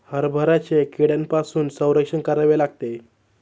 हरभऱ्याचे कीड्यांपासून संरक्षण करावे लागते